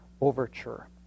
overture